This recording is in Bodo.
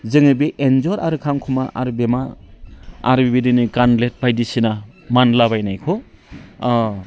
जोङो बे एन्जर आरो खांख'मा आरो बेमा आरो बेबायदिनो गानलेद बायदिसिना मानलाबायनायखौ